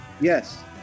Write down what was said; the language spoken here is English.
Yes